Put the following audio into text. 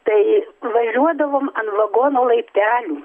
tai vairuodavom ant vagono laiptelių